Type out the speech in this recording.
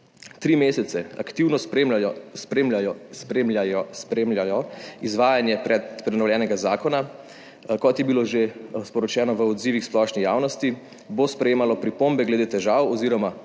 tri mesece aktivno spremljalo izvajanje prenovljenega zakona. Kot je bilo že sporočeno v odzivih splošni javnosti bo sprejemalo pripombe glede težav oziroma